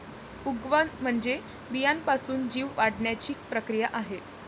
उगवण म्हणजे बियाण्यापासून जीव वाढण्याची प्रक्रिया आहे